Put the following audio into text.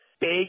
Big